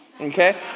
okay